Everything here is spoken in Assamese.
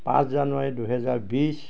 পাঁচ জানুৱাৰী দুহেজাৰ বিশ